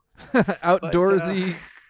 Outdoorsy